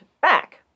back